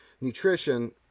nutrition